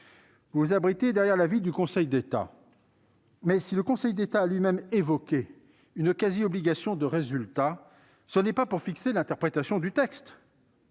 Vous vous abritez derrière l'avis du Conseil d'État. Toutefois, si le Conseil d'État a lui-même évoqué une « quasi-obligation de résultat », ce n'est pas pour fixer l'interprétation du texte